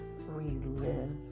relive